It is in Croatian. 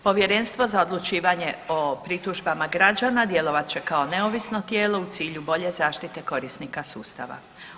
Povjerenstvo za odlučivanje o pritužbama građana djelovat će kao neovisno tijelo u cilju bolje zaštite korisnika sustava.